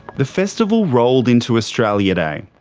the festival rolled into australia day.